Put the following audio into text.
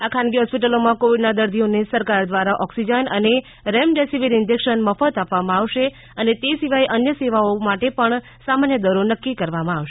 આ ખાનગી હોસ્પિટલોમાં કોવિડના દર્દીઓને સરકાર દ્વારા ઓકિસજન અને રેમડેસિવિર ઇન્જેકશન મફત આપવામાં આવશે અને તે સિવાય અન્ય સેવાઓ માટે પણ સામાન્ય દરો નકકી કરવામાં આવશે